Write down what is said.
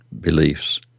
beliefs